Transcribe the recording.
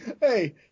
Hey